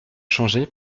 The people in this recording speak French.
changé